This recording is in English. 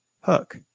Hook